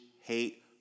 hate